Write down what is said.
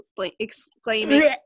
exclaiming